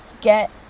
get